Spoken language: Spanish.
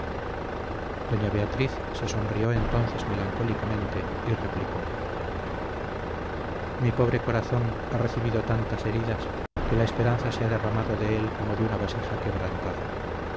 doña beatriz se sonrió entonces melancólicamente y replicó mi pobre corazón ha recibido tantas heridas que la esperanza se ha derramado de él como de una vasija quebrantada